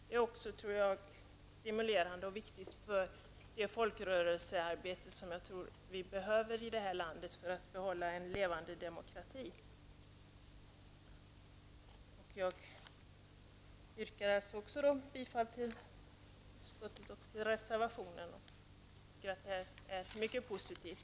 Det är också stimulerande och viktigt för det folkrörelsearbete som jag tror att vi behöver i detta land för att behålla en levande demokrati. Detta är mycket positivt och jag yrkar bifall till utskottets hemställan, men stöder också reservationen under mom. 2.